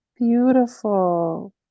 Beautiful